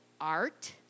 art